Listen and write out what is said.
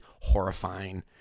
horrifying